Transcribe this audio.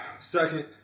second